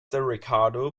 ricardo